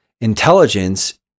Intelligence